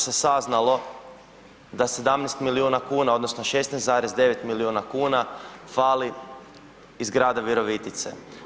saznalo da 17 milijuna kuna, odnosno 16,9 milijuna kuna fali iz grada Virovitice.